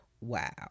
Wow